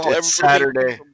Saturday